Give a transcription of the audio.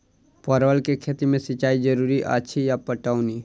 परवल केँ खेती मे सिंचाई जरूरी अछि या पटौनी?